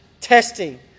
testing